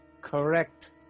correct